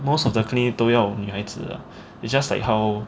most of the clinic 都要女孩子 lah is just like how